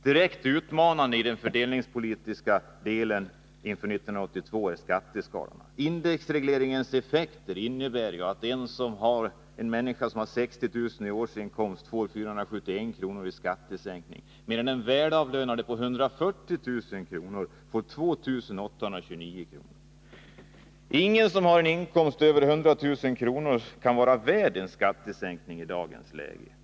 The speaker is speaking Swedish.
Direkt utmanande i fördelningspolitiken inför 1982 är skatteskalorna. Indexregleringens effekter innebär ju att den som har 60 000 kr. i årsinkomst får 471 kr. i skattesäkning, medan den välavlönade med en årsinkomst på 140 000 kr. får 2 829 kr. i skattesänkning. Ingen med en inkomst över 100 000 kr. kan vara värd en skattesänkning i dagens läge.